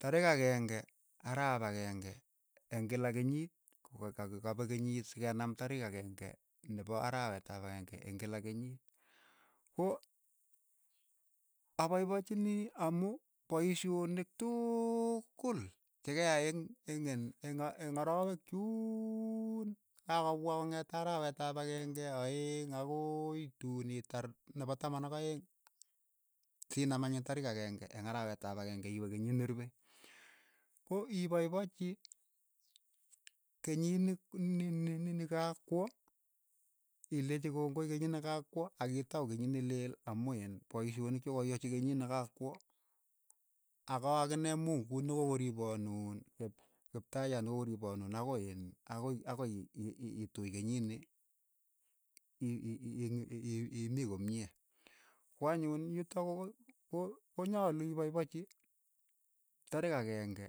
Tarik akeng'e arap akeng'e eng' kila kenyit ko ka- ka kapek kenyit si ke naam tarik akeng'e nepo arawet ap akeng'e eng' kila kenyiit, ko apaipachinii amu poishonik tuukul che ke aai eng- eng' en'- eng' arawek chuuun ka kopwa kong'ete arawet ap akeng'e, aeng' akoiii tuun itar nepo taman ak aeng' si naam anyun tarik akeng'e eng' arawet ap akeng'e iwe kenyit nerupe, ko ipaipachi kenyiin ni- ni- ni ni kakwo, ilenyi kongoi kenyit ne kakwo ak itau kenyit ne leelamu iin poishonik chokoiyachi kenyit na kaakwo, ako akine mungu no ko koriponuun chep kiptayaat no ko koriponuun akoi iin akoi akoi ii- ii- ituuch kenyit ni, ii- ii- ii- imii komie, ko anyun yutok ko- koi ko- ko konyalu ipaipachi tarik akeng'e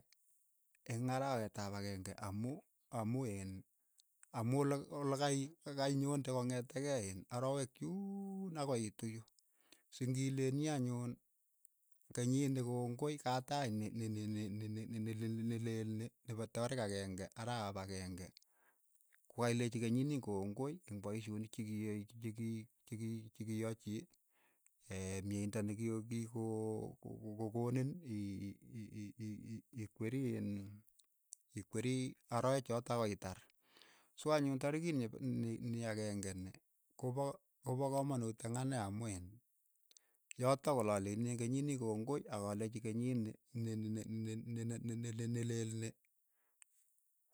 arawet ap akeng'e amu- amu iin amu ola- olaka kainyonde kong'etekei iin arawek chuun akoi iitu yu, singileeni anyun kenyii nii kongoi kataach ni- ni- ni- ni leel ni po tarik akeng'e arap akeng'e, ko kailechi kongoi eng' paishonik che kiyai chi- ki- chi- ki- chi kiyachi myeindo nekio kikoo ko- koniin ii- ii- ii ikweri iin ikweri arawechotok akoi itar, so anyun tarikit ni- ni akeng'e ni ko pa ko pa kamang'ut eng' ane amu iin yotok ole alechini eng kenyit niin kongoi ak alechi kenyit nii ni- ni- ni- ni leel ni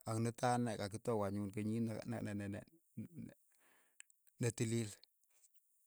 ak nitok ane ka kitau anyun kenyit ne- ne- ne netiliil.